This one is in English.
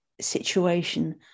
situation